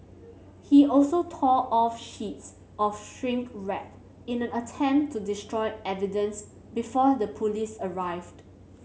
he also tore off sheets of shrink wrap in an attempt to destroy evidence before the police arrived